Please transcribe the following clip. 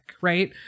Right